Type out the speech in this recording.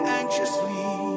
anxiously